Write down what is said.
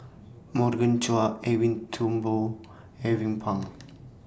Morgan Chua Edwin Thumboo Alvin Pang